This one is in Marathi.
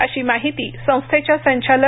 अशी माहिती संस्थेच्या संचालक